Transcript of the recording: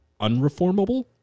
unreformable